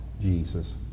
Jesus